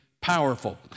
powerful